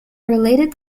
related